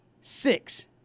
Six